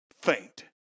faint